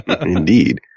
Indeed